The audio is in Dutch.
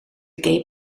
gay